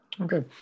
Okay